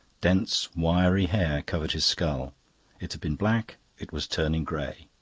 dense wiry hair covered his skull it had been black, it was turning grey.